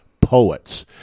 poets